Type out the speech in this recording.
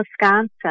Wisconsin